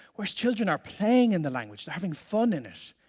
while children are playing in the language, having fun in it.